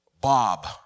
Bob